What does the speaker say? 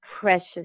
precious